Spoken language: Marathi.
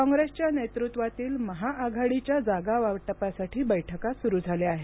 काँग्रेसच्या नेतृत्वातील महाआघाडीच्या जागावाटपासाठी बैठका सुरू झाल्या आहेत